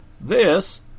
This